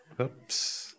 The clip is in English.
Oops